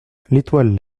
l’étoile